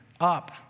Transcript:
up